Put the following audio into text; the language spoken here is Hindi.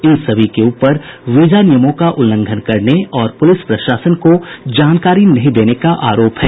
इन सभी के ऊपर वीजा नियमों का उल्लंघन करने और पुलिस प्रशासन को जानकारी नहीं देने का आरोप है